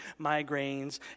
migraines